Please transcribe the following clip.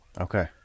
Okay